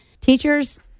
teachers